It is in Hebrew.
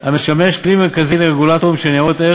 המשמש כלי מרכזי לרגולטורים של ניירות ערך